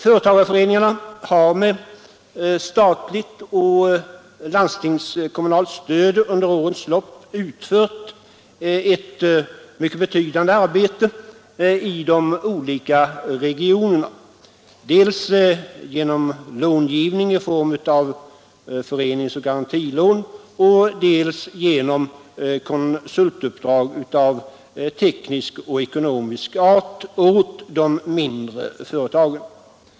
Företagarföreningarna har med statligt och landstingskommunalt stöd under årens lopp utfört ett mycket betydande arbete i de olika regionerna, dels genom långivning i form av föreningsoch garantilån, dels genom konsultuppdrag av teknisk och ekonomisk art åt de mindre företagen.